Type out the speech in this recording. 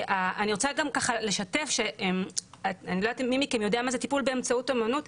אני לא יודעת מי מכם יודע מה זה טיפול באמצעות אומנות,